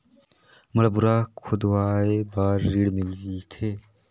मोला बोरा खोदवाय बार ऋण मिलथे?